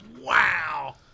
Wow